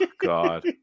God